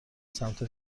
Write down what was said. سمت